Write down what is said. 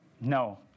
No